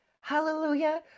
Hallelujah